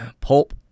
Pulp